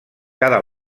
cada